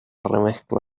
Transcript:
remezcla